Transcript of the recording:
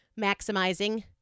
maximizing